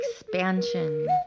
expansion